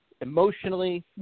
emotionally